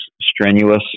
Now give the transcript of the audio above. strenuous